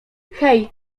hej